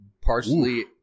Partially